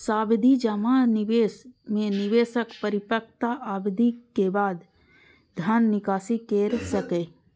सावधि जमा निवेश मे निवेशक परिपक्वता अवधिक बादे धन निकासी कैर सकैए